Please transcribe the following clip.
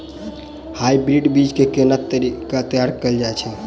Hybrid बीज केँ केना तैयार कैल जाय छै?